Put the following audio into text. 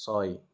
ছয়